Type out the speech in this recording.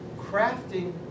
crafting